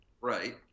right